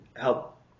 help